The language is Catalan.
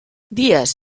dies